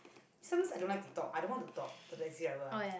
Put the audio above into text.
sometimes I don't like to talk I don't want to talk to the taxi driver